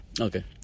Okay